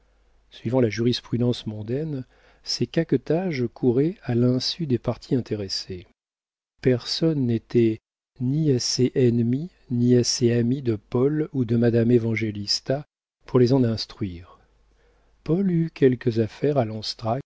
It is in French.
suivant la jurisprudence mondaine ces caquetages couraient à l'insu des parties intéressées personne n'était ni assez ennemi ni assez ami de paul ou de madame évangélista pour les en instruire paul eut quelques affaires